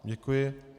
Děkuji.